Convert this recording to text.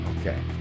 okay